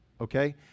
okay